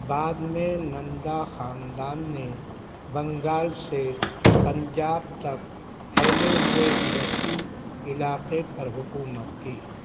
بعد میں نندا خاندان نےبنگال سے پنجاب تک پھیلے ہوئے ایک وسیع علاقے پر حکومت کی